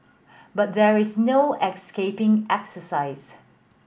but there is no escaping exercise